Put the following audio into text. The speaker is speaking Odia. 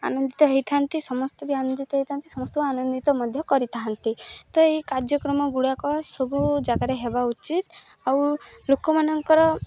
ଆନନ୍ଦିତ ହୋଇଥାନ୍ତି ସମସ୍ତେ ବି ଆନନ୍ଦିତ ହୋଇଥାନ୍ତି ସମସ୍ତଙ୍କୁ ଆନନ୍ଦିତ ମଧ୍ୟ କରିଥାନ୍ତି ତ ଏଇ କାର୍ଯ୍ୟକ୍ରମଗୁଡ଼ାକ ସବୁ ଜାଗାରେ ହେବା ଉଚିତ୍ ଆଉ ଲୋକମାନଙ୍କର